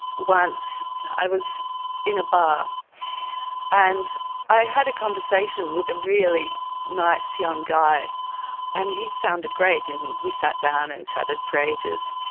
once i was in a bar and i had a conversation with a really nice young guy and he sounded great and we sat down and chatted for ages.